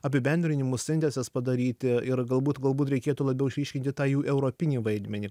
apibendrinimus sintezes padaryti ir galbūt galbūt reikėtų labiau išryškinti tą jų europinį vaidmenį